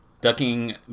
ducking